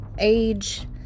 Age